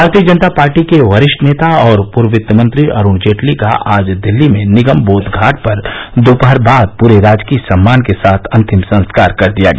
भारतीय जनता पार्टी के वरिष्ठ नेता और पूर्व वित्तमंत्री अरूण जेटली का आज दिल्ली में निगम बोध घाट पर दोपहर बाद पूरे राजकीय सम्मान के साथ अंतिम संस्कार कर दिया गया